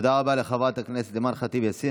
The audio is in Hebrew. תודה רבה, חברת הכנסת אימאן ח'טיב יאסין.